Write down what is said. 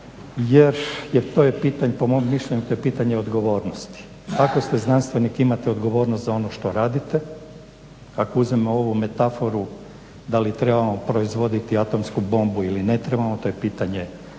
i političara jer po mom mišljenju to je pitanje odgovornosti. Ako ste znanstvenik imate odgovornost za ono što radite. Ako uzmemo ovu metaforu da li trebamo proizvoditi atomsku bombu ili ne trebamo, to nije pitanje znanosti